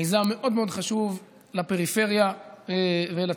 מיזם מאוד מאוד חשוב לפריפריה ולציונות.